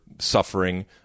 suffering